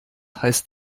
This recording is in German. heißt